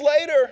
later